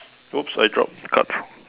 !oops! I dropped the cards